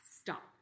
stop